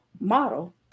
model